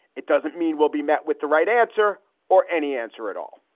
it doesn't mean we'll be met with the right answer or any answer at all.